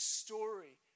story